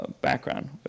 background